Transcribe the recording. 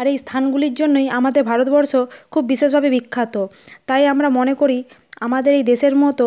আর এই স্থানগুলির জন্যই আমাদের ভারতবর্ষ খুব বিশেষভাবে বিখ্যাত তাই আমরা মনে করি আমাদের এই দেশের মতো